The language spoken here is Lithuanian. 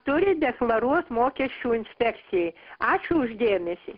turi deklaruot mokesčių inspekcijai ačiū už dėmesį